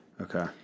Okay